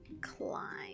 Climb